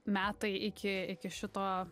metai iki iki šito